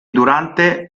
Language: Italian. durante